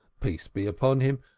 peace be upon him,